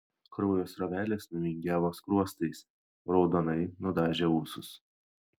kraujo srovelės nuvingiavo skruostais raudonai nudažė ūsus